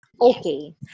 Okay